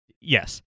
Yes